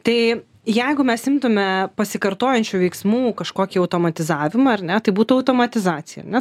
tai jeigu mes imtume pasikartojančių veiksmų kažkokį automatizavimą ar ne tai būtų automatizacija na